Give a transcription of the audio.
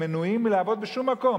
הם מנועים מלעבוד בשום מקום,